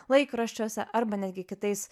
laikraščiuose arba netgi kitais